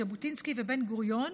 ז'בוטינסקי ובן-גוריון,